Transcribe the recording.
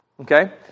okay